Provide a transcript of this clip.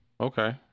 Okay